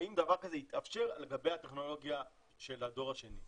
האם דבר כזה יתאפשר על גבי הטכנולוגיה של הדור השני?